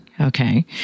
Okay